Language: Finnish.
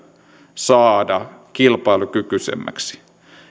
saada kilpailukykyisemmäksi